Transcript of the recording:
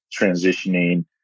transitioning